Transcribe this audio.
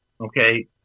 Okay